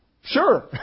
Sure